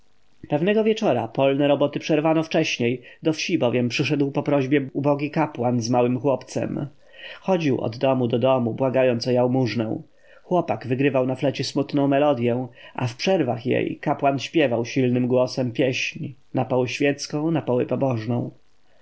pewnego wieczora polne roboty przerwano wcześniej do wsi bowiem przyszedł po prośbie ubogi kapłan z małym chłopcem chodzili od domu do domu błagając o jałmużnę chłopak wygrywał na flecie smutną melodję a w przerwach jej kapłan śpiewał silnym głosem pieśń napoły świecką napoły pobożną